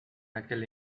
aquel